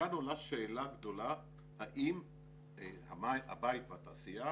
כאן עולה שאלה גדולה האם הבית והתעשייה